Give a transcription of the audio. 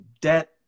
debt